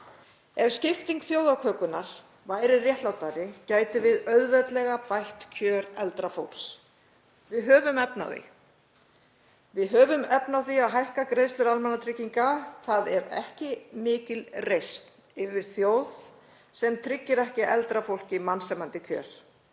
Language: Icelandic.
Ef skipting þjóðarkökunnar væri réttlátari gætum við auðveldlega bætt kjör eldra fólks. Við höfum efni á því. Við höfum efni á því að hækka greiðslur almannatrygginga. Það er ekki mikil reisn yfir þjóð sem tryggir ekki eldra fólki mannsæmandi kjör.